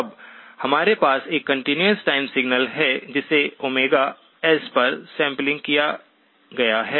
अब हमारे पास एक कंटीन्यूअस टाइम सिग्नल है जिसे ओमेगा एस पर सैंपलिंग किया गया है